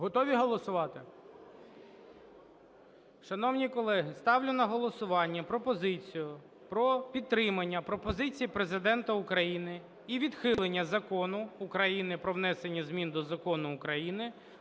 Готові голосувати? Шановні колеги, ставлю на голосування пропозицію про підтримання пропозиції Президента Україні і відхилення Закону України "Про внесення змін до Закону України